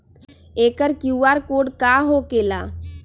एकर QR code का होकेला?